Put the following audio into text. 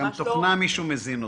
התוכנה מישהו מזין.